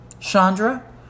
Chandra